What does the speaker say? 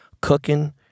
cooking